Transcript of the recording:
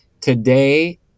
today